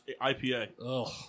IPA